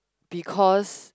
because